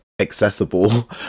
accessible